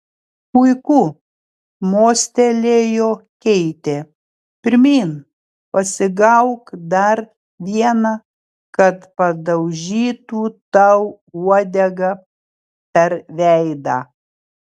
puiku mostelėjo keitė pirmyn pasigauk dar vieną kad padaužytų tau uodega per veidą